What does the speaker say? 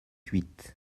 huit